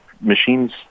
machines